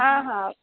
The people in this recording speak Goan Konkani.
आं हां